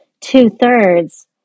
two-thirds